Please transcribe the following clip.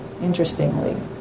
Interestingly